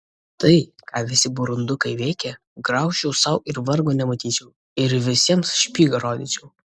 tai ką visi burundukai veikia graužčiau sau ir vargo nematyčiau ir visiems špygą rodyčiau